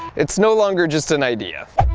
it's no longer just an idea.